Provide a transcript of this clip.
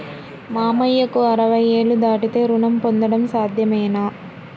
మామయ్యకు అరవై ఏళ్లు దాటితే రుణం పొందడం సాధ్యమేనా?